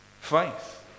Faith